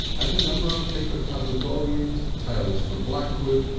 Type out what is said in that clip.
and a number of paper-covered volumes, tales from blackwood,